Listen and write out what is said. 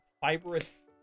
fibrous